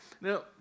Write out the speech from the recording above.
Now